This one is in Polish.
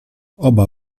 oba